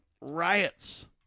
riots